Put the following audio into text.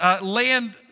land